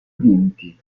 vinti